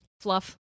fluff